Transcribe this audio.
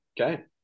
Okay